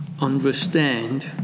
understand